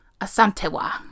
Asantewa